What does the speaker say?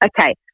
okay